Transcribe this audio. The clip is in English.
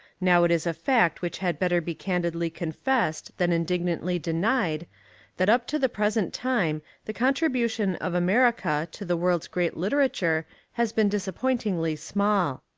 now it is a fact which had better be candidly confessed than indignantly denied that up to the present time the contribution of america to the world's great literature has been disap pointingly small.